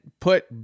put